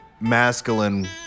Masculine